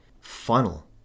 funnel